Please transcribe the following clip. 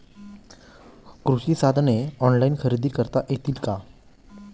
कृषी साधने ऑनलाइन खरेदी करता येतील का?